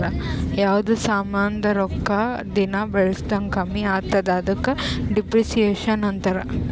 ಯಾವ್ದು ಸಾಮಾಂದ್ ರೊಕ್ಕಾ ದಿನಾ ಬಳುಸ್ದಂಗ್ ಕಮ್ಮಿ ಆತ್ತುದ ಅದುಕ ಡಿಪ್ರಿಸಿಯೇಷನ್ ಅಂತಾರ್